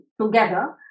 together